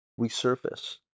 resurface